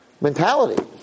mentality